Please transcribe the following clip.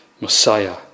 Messiah